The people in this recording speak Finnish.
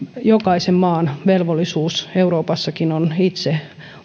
jokaisen maan velvollisuus euroopassakin on itse